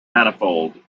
manifold